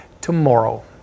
tomorrow